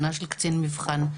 שנה של קצין מבחן.